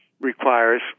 requires